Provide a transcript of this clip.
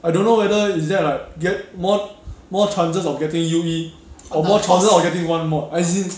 I don't know whether is there like get mor~ more chances of getting U_E or more chances of getting one mod as in